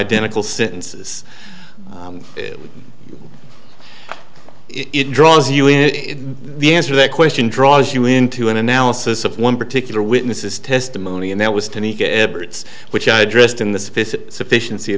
identical sentences it draws you in the answer that question draws you into an analysis of one particular witness's testimony and that was to make it ebert's which i addressed in the sufficien